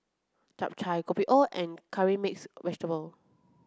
Chap Chai Kopi O and Curry Mixed Vegetable